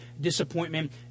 disappointment